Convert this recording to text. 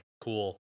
cool